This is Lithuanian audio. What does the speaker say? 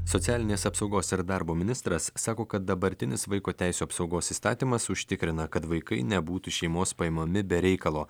socialinės apsaugos ir darbo ministras sako kad dabartinis vaiko teisių apsaugos įstatymas užtikrina kad vaikai nebūtų šeimos paimami be reikalo